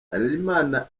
harerimana